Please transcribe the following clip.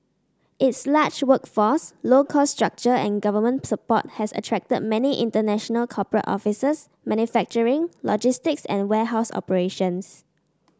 its large workforce low cost structure and government support has attracted many international corporate offices manufacturing logistics and warehouse operations